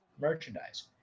merchandise